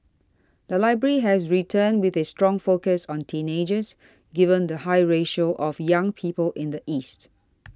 the library has returned with a strong focus on teenagers given the high ratio of young people in the east